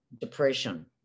depression